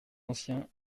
ancien